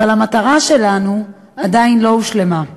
אבל המטרה שלנו עדיין לא הושגה.